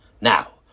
Now